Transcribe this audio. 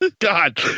God